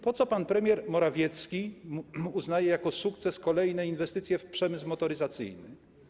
Po co pan premier Morawiecki uznaje za sukces kolejne inwestycje w przemysł motoryzacyjny?